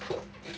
four